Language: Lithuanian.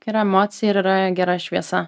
yra emocija ir yra gera šviesa